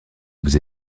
vous